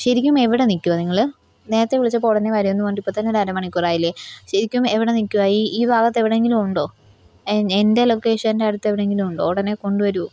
ശരിക്കും എവിടെ നിൽക്കുവാണ് നിങ്ങൾ നേരത്തെ വിളിച്ചപ്പോൾ ഉടനെ വരുമെന്നു പറഞ്ഞിട്ട് ഇപ്പം തന്നെ ഒരരമണിക്കൂറായില്ലേ ശരിക്കും എവിടെ നിൽക്കുവാണ് ഈ ഈ ഭാഗത്തെവിടെയെങ്കിലുമുണ്ടോ എൻ എന്റെ ലൊക്കേഷൻറ്റടുത്തെവിടെയെങ്കിലുമുണ്ടോ ഉടനെ കൊണ്ടുവരുമോ